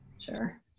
Sure